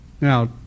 Now